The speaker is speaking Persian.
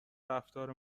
رفتار